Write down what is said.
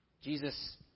Jesus